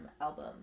album